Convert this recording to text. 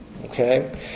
Okay